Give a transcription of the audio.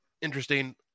interesting